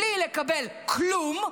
בלי לקבל כלום,